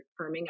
firming